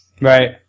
Right